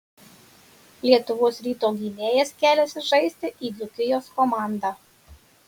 lietuvos ryto gynėjas keliasi žaisti į dzūkijos komandą